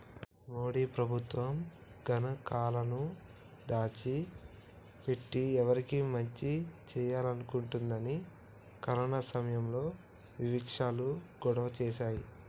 మోడీ ప్రభుత్వం గణాంకాలను దాచి పెట్టి ఎవరికి మంచి చేయాలనుకుంటుందని కరోనా సమయంలో వివక్షాలు గొడవ చేశాయి